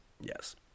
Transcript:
Yes